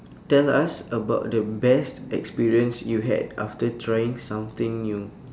tell us about the best experience you had after trying something new